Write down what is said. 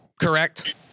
correct